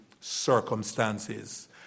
circumstances